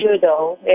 judo